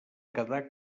quedar